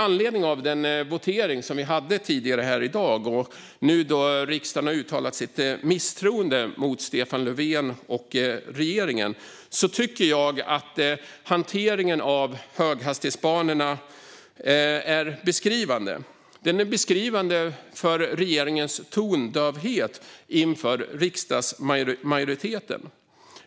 Apropå den votering vi hade här tidigare i dag och att riksdagen nu har uttalat sitt misstroende mot Stefan Löfven och regeringen tycker jag att hanteringen av höghastighetsbanorna är beskrivande för regeringens tondövhet inför riksdagsmajoriteten.